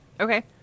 Okay